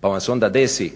pa vam se onda desi